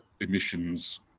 emissions